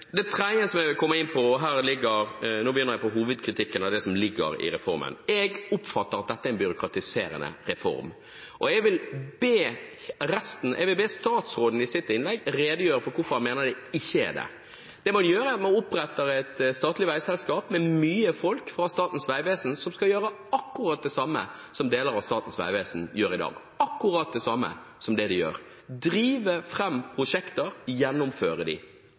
det tredje som jeg vil komme inn på, og nå begynner jeg på hovedkritikken av det som ligger i reformen: Jeg oppfatter at dette er en byråkratiserende reform, og jeg vil be statsråden i sitt innlegg redegjøre for hvorfor han mener det ikke er det. Det man gjør, er at man oppretter et statlig veiselskap, med mye folk fra Statens vegvesen, som skal gjøre akkurat det samme som deler av Statens vegvesen gjør i dag, akkurat det samme som det de gjør, drive fram prosjekter og gjennomføre